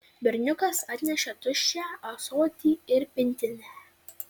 berniukas atnešė tuščią ąsotį ir pintinę